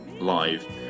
live